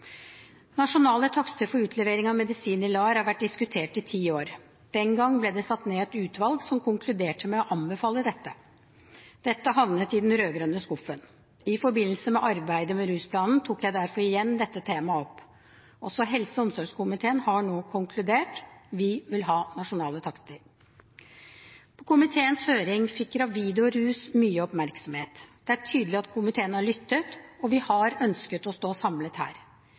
Nasjonale takster for utlevering av medisiner i LAR har vært diskutert i ti år. Den gang ble det satt ned et utvalg, som konkluderte med å anbefale dette. Dette havnet i den rød-grønne skuffen. I forbindelse med arbeidet med rusplanen tok jeg derfor igjen dette temaet opp. Også helse- og omsorgskomiteen har nå konkludert, vi vil ha nasjonale takster. På komiteens høring fikk gravide og rus mye oppmerksomhet. Det er tydelig at komiteen har lyttet, og vi har ønsket å stå samlet her.